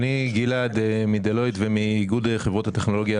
אני מדלויט ומאיגוד חברות הטכנולוגיה,